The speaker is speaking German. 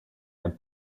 ein